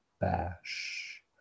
Bash